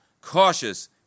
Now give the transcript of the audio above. cautious